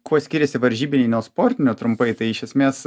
kuo skiriasi varžybiniai nuo sportinių trumpai tai iš esmės